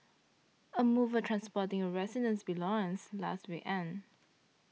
a mover transporting a resident's belongings last weekend